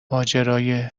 ماجرای